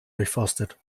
durchforstet